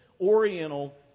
Oriental